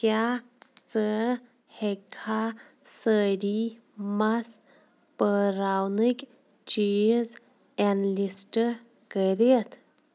کیٛاہ ژٕ ہیٚکِکھا سٲری مَس پٲراونٕکۍ چیٖز اینلِسٹہٕ کٔرِتھ